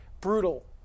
brutal